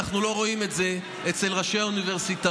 אנחנו לא רואים את זה אצל ראשי האוניברסיטאות.